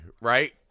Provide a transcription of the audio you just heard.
right